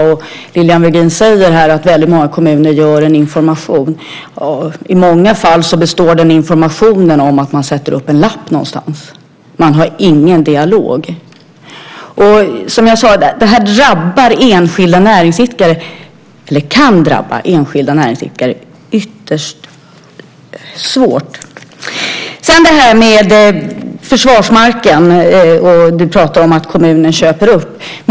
Lilian Virgin säger att många kommuner informerar. I många fall består den informationen av att man sätter upp en lapp någonstans. Man har ingen dialog. Och som jag sade kan detta drabba enskilda näringsidkare ytterst hårt. Lilian Virgin pratar om att kommunen köper upp försvarsmarken.